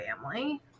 family